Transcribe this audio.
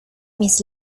mis